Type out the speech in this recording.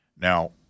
Now